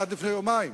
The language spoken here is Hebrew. עד לפני יומיים.